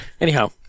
Anyhow